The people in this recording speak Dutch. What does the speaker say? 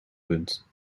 rund